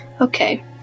Okay